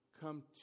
come